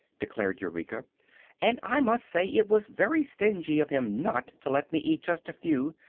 declared eureka and i must say it was very stingy of him not to let me eat just a few.